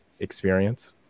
experience